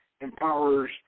empowers